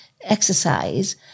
exercise